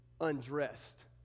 undressed